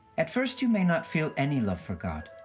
at first, you may not feel any love for god,